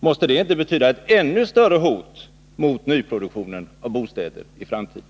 Måste inte detta betyda ett ännu större hot mot nyproduktionen av bostäder i framtiden?